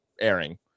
airing